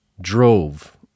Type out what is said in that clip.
drove